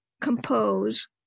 compose